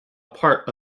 part